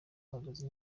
ruhagaze